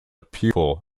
pupil